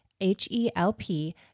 H-E-L-P